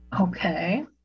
Okay